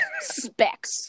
specs